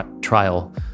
trial